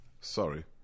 sorry